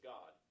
God